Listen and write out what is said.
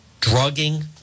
drugging